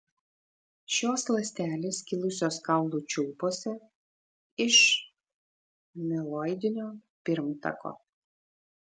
šios ląstelės kilusios kaulų čiulpuose iš mieloidinio pirmtako